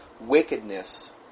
wickedness